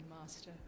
Master